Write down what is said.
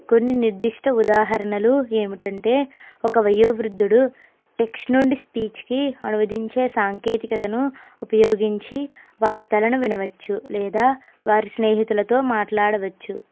కొన్ని నిర్దిష్ట ఉదాహరణలు ఏమిటంటే ఒక వయోవృద్ధుడు టెక్స్ట్ నుండి స్పీచ్ కి అనువదించే సాంకేతికతను ఉపయోగించి వార్తలను వినవచ్చు లేదా వారి స్నేహితులతో మాట్లాడవచ్చు